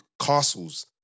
castles